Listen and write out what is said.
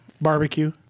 Barbecue